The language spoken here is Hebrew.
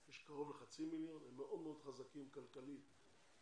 יש קרוב לחצי מיליון והם מאוד מאוד חזקים מבחינה כלכלית וציבורית,